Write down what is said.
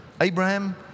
Abraham